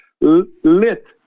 lit